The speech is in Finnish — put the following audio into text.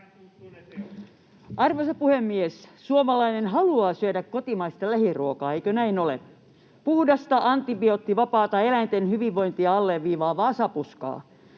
Arvoisa puhemies! Suomalainen haluaa syödä kotimaista lähiruokaa, eikö näin ole — puhdasta, antibioottivapaata eläinten hyvinvointia alleviivaavaa sapuskaa.